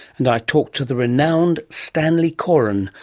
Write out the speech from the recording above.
and i talk to the renowned stanley coren,